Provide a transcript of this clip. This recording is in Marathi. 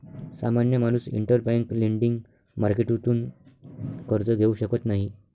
सामान्य माणूस इंटरबैंक लेंडिंग मार्केटतून कर्ज घेऊ शकत नाही